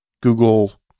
Google